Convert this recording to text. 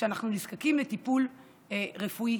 כשאנחנו נזקקים לטיפול רפואי